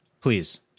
please